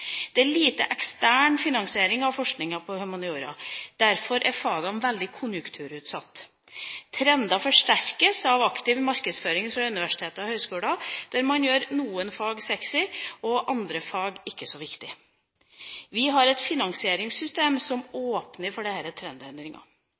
Det er lite ekstern finansiering av forskninga på humaniora. Derfor er fagene veldig konjunkturutsatt. Trender forsterkes av aktiv markedsføring fra universiteter og høyskoler, der man gjør noen fag sexy og andre fag ikke så viktige. Vi har et finansieringssystem som